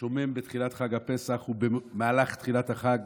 שומם בתחילת חג הפסח ובמהלך תחילת החג,